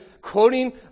quoting